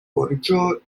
gorĝo